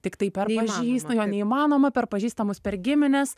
tiktai per pažįstamą neįmanoma per pažįstamus per gimines